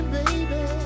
baby